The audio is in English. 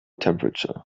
temperature